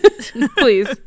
please